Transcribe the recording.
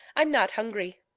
i'm not hungry.